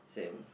same